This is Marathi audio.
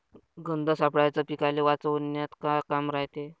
गंध सापळ्याचं पीकाले वाचवन्यात का काम रायते?